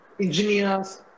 engineers